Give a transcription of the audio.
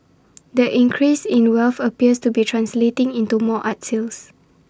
that increase in wealth appears to be translating into more art sales